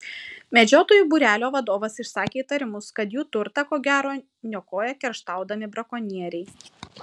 medžiotojų būrelio vadovas išsakė įtarimus kad jų turtą ko gero niokoja kerštaudami brakonieriai